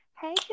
Hey